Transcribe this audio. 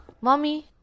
Mommy